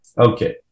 Okay